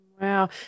Wow